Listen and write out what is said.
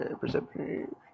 Perception